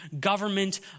government